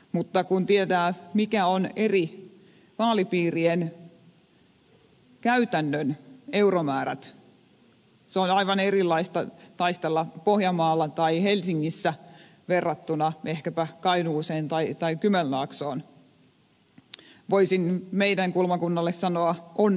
mutta kun tietää mitkä ovat eri vaalipiirien käytännön euromäärät on aivan erilaista taistella pohjanmaalla tai helsingissä verrattuna ehkäpä kainuuseen tai kymenlaaksoon voisin sanoa että meidän kulmakunnalle onneksi